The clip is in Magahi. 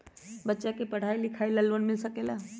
बच्चा के पढ़ाई लिखाई ला भी लोन मिल सकेला?